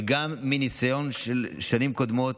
וגם מניסיון של שנים קודמות,